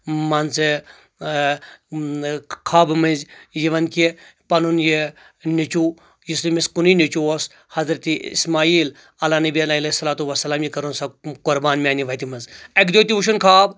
مان ژٕ اۭں خوابہٕ مٔنٛزۍ یِوان کہِ پنُن یہِ نیٚچو یُس أمِس کُنے نیٚچو اوس حضرتہِ اسماعیل علیٰ نبی علیہ صلاتُ وسلام یہِ کرُن سا قۄربان میانہِ وتہِ منٛز اکہِ دۄہ تہِ وٕچھُن خواب